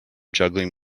juggling